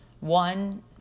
one